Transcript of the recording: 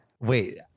Wait